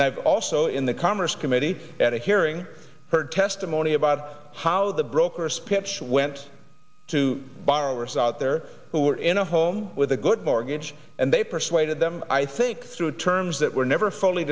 and i've also in the commerce committee at a hearing heard testimony about how the brokers pip's went to borrowers out there who were in a home with a good mortgage and they persuaded them i think through terms that were never fully